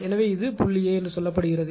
எனவே இது புள்ளி A என்று சொல்லப்படுகிறது